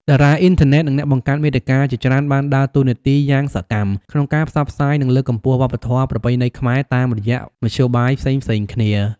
តារាអុីនធឺណិត និងអ្នកបង្កើតមាតិកាជាច្រើនបានដើរតួនាទីយ៉ាងសកម្មក្នុងការផ្សព្វផ្សាយ និងលើកកម្ពស់វប្បធម៌ប្រពៃណីខ្មែរតាមរយៈមធ្យោបាយផ្សេងៗគ្នា។